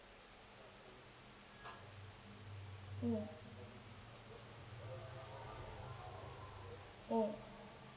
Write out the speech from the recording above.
mm mm